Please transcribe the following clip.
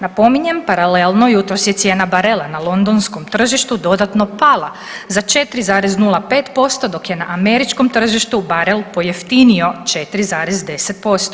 Napominjem paralelno jutros je cijena barela na londonskom tržištu dodatno pala za 4,05% dok je na američkom tržištu barel pojeftinio 4,10%